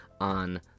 on